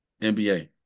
NBA